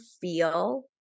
feel